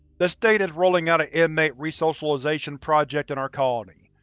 the state is rolling out an inmate re-socialization project in our colony.